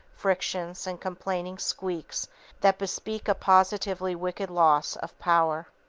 frictions, and complaining squeaks that bespeak a positively wicked loss of power.